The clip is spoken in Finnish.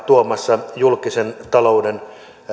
tuomassa julkiseen talouteen